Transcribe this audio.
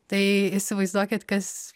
tai įsivaizduokit kas